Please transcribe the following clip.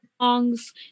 songs